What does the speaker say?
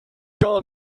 gar